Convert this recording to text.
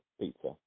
pizza